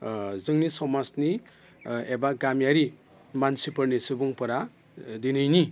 जोंनि समाजनि एबा गामियारि मानसिफोरनि सुबुंफोरा दिनैनि